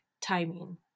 timing